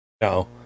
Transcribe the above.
no